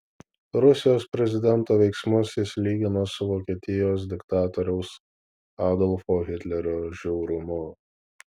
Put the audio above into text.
rusijos prezidento veiksmus jis lygino su vokietijos diktatoriaus adolfo hitlerio žiaurumu